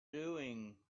doing